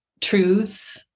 truths